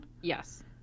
Yes